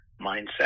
mindset